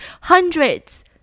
hundreds